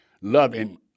loving